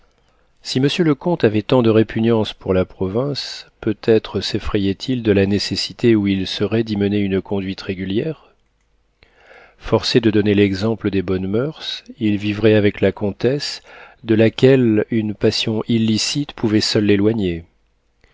si monsieur le comte avait tant de répugnance pour la province peut-être seffrayait il de la nécessité où il serait d'y mener une conduite régulière forcé de donner l'exemple des bonnes moeurs il vivrait avec la comtesse de laquelle une passion illicite pouvait seule l'éloigner